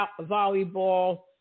volleyball